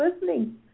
listening